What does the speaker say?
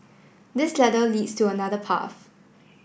this ladder leads to another path